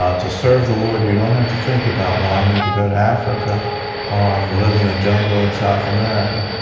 ah to serve the lord, you don't have to think about, well, i need to go to africa and live in a jungle in south america.